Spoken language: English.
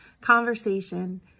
conversation